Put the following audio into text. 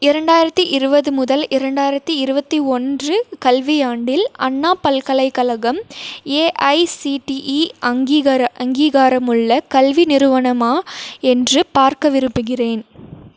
இரண்டாயிரத்தி இருபது முதல் இரண்டாயிரத்தி இருபத்தி ஒன்று கல்வியாண்டில் அண்ணா பல்கலைக்கழகம் ஏஐசிடிஇ அங்கீகாரம் அங்கீகாரமுள்ள கல்வி நிறுவனமா என்று பார்க்க விரும்புகிறேன்